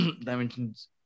dimensions